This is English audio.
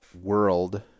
world